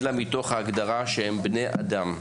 אלא מתוך ההגדרה שהם בני אדם.